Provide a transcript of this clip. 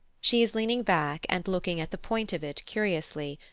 she is leaning back and looking at the point of it curiously,